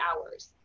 hours